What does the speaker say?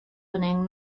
winning